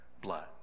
blood